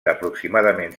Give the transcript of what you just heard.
aproximadament